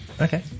Okay